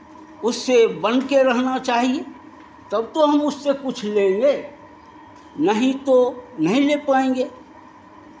उससे बन कर रहना चाहिए तब तो हम उससे कुछ लेंगे नहीं तो नहीं ले पाएँगे